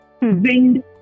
wind